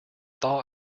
thaw